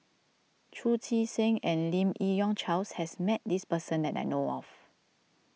Chu Chee Seng and Lim Yi Yong Charles has met this person that I know of